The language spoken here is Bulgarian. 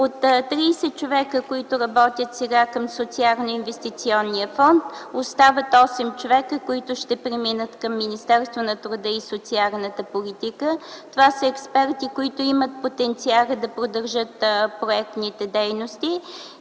От 30 човека, които работят сега към Социалноинвестиционния фонд, остават 8, които ще преминат към Министерството на труда и социалната политика. Това са експерти, които имат потенциала да продължат проектните дейности.